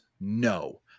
no